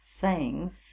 sayings